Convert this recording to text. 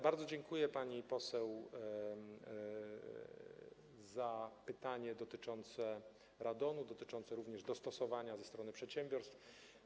Bardzo dziękuję pani poseł za pytanie dotyczące radonu, dotyczące również dostosowania ze strony przedsiębiorstw.